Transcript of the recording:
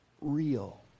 real